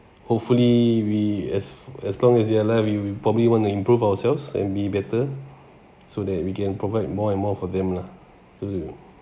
hopefully we as as long as we alive we will probably want to improve ourselves and be better so that we can provide more and more for them lah so